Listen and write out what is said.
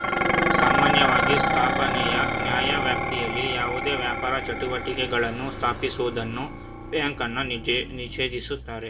ಸಾಮಾನ್ಯವಾಗಿ ಸ್ಥಾಪನೆಯ ನ್ಯಾಯವ್ಯಾಪ್ತಿಯಲ್ಲಿ ಯಾವುದೇ ವ್ಯಾಪಾರ ಚಟುವಟಿಕೆಗಳನ್ನ ಸ್ಥಾಪಿಸುವುದನ್ನ ಬ್ಯಾಂಕನ್ನ ನಿಷೇಧಿಸುತ್ತೆ